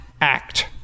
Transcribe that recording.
Act